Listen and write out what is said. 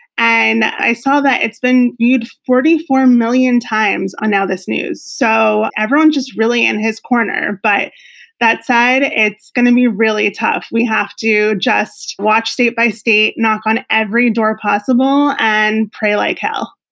and i saw that it's been viewed forty four million times on nowthis news. so everyone's just really in his corner, but that side, it's going to be really tough. we have to just watch state-by-state, knock on every door possible, and pray like hell.